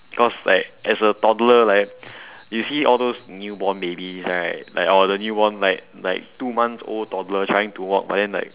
cause like as a toddler right you see all those newborn babies right like all the newborn like like two months old toddlers trying to walk but then like